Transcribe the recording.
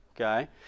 okay